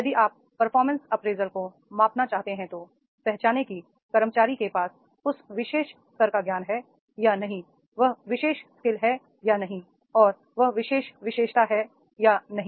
यदि आप performance appraisal को मापना चाहते हैं तो पहचानें कि कर्मचारी के पास उस विषयस्तर का ज्ञान है या नहीं वह विषय स्किल है या नहीं और वह विषय विशेषता है या नहीं